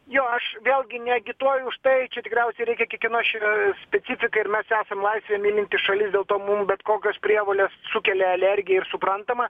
jo aš vėlgi neagituoju už tai čia tikriausiai reikia kiekvienos šve specifika ir mes esam laisvę mylinti šalis dėl to mum bet kokios prievolės sukelia alergiją ir suprantama